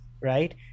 right